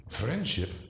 friendship